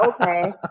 okay